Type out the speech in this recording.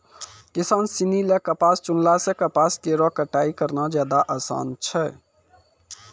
किसान सिनी ल कपास चुनला सें कपास केरो कटाई करना जादे आसान छै